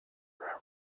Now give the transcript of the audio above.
were